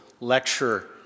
lecture